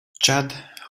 chad